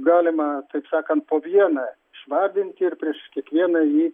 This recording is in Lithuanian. galima taip sakant po vieną išvardinti ir prieš kiekvieną jį